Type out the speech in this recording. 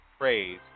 praise